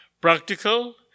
practical